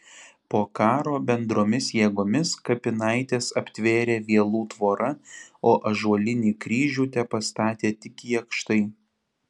po karo bendromis jėgomis kapinaites aptvėrė vielų tvora o ąžuolinį kryžių tepastatė tik jakštai